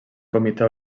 comitè